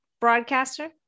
broadcaster